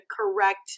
correct